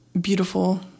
beautiful